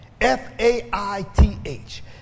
F-A-I-T-H